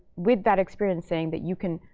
with that experience saying that you can,